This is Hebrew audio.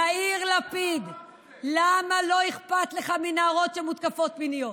יאיר לפיד, למה לא אכפת לך מנערות שמותקפות מינית?